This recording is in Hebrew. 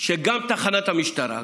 שגם תחנת המשטרה,